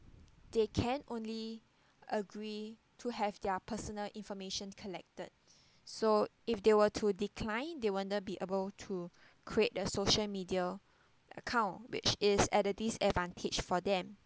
they can only agree to have their personal information collected so if they were to decline they wouldn't be able to create the social media account which is at a disadvantage for them